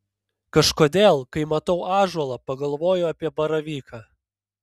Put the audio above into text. kažkodėl kai matau ąžuolą pagalvoju apie baravyką